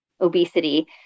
obesity